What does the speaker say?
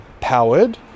powered